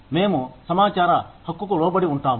మేము సమాచార హక్కుకు లోబడి ఉంటాము